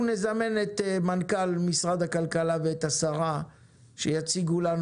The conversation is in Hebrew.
אנחנו נזמן את מנכ"ל משרד הכלכלה ואת השרה שיציגו לנו